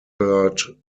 third